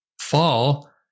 fall